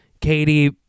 Katie